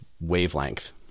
wavelength